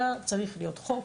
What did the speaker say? אבל זה היה צריך להיות חוק